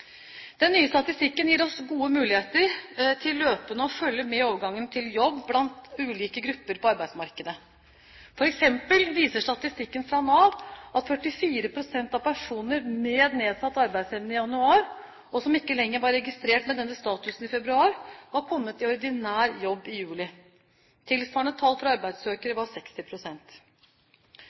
Den nye statistikken gir oss gode muligheter til løpende å følge med i overgangen til jobb blant ulike grupper på arbeidsmarkedet. For eksempel viser statistikken fra Nav at 44 pst. av personene med nedsatt arbeidsevne i januar, og som ikke lenger var registrert med denne statusen i februar, var kommet i ordinær jobb i juli. Tilsvarende tall for arbeidssøkere var